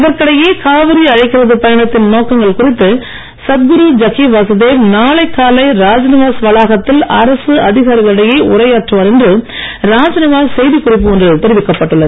இதற்கிடையே காவிரி அழைக்கிறது பயணத்தின் நோக்கங்கள் குறித்து சத்குரு ஜக்கி வாசுதேவ் நாளை காலை ராஜ்நிவாஸ் வளாகத்தில் அரசு அதிகாரிகளிடையே உரையாற்றுவார் என்று ராஜ்நிவாஸ் செய்திக்குறிப்பு ஒன்றில் தெரிவிக்கப்பட்டு உள்ளது